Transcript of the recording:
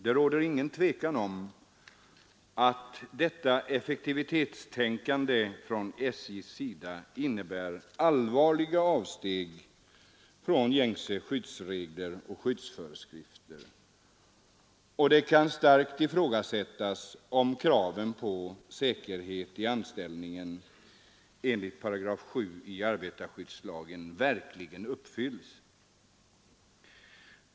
Det råder ingen tvekan om att detta effektivitetstänkande från SJ:s sida innebär allvarliga avsteg från gängse skyddsregler och föreskrifter. Det kan starkt ifrågasättas om kraven på säkerhet i anställningen enligt 7 § i arbetarskyddslagen verkligen uppfylls.